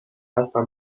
هستم